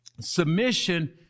submission